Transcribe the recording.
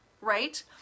right